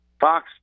Fox